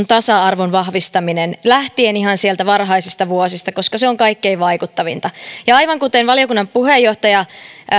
tasa arvon vahvistaminen lähtien ihan sieltä varhaisista vuosista koska se on kaikkein vaikuttavinta aivan kuten valiokunnan puheenjohtaja